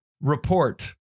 Report